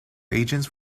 agents